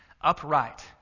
upright